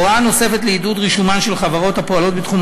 הוראה נוספת לעידוד רישומן של חברות הפועלות בתחום